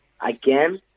again